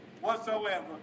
whatsoever